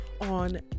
on